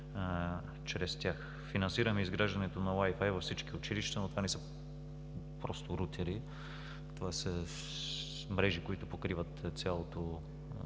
чрез тях. Финансираме изграждането на wi-fi във всички училища, но това не са просто рутери, това са мрежи, които покриват всички